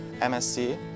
MSc